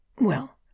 Well